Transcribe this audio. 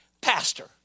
Pastor